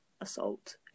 assault